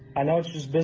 i know it's just